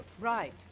Right